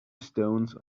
stones